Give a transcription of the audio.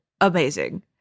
amazing